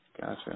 Gotcha